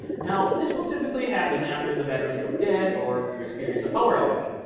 now, this will typically happen after the batteries go dead or you experience a power outage.